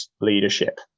leadership